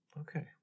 Okay